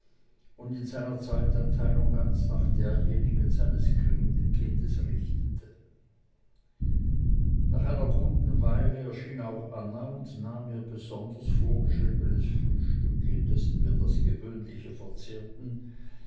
und in seiner zeiteinteilung ganz nach derjenigen seines kranken kindes richtete nach einer guten weile erschien auch anna und nahm ihr besonders vorgeschriebenes frühstück indessen wir das gewöhnliche verzehrten